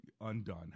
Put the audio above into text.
Undone